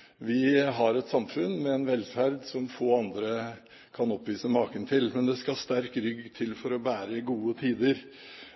vi diskuterer. Vi har et samfunn med en velferd som få andre kan oppvise maken til, men det skal en sterk rygg til for å bære gode tider.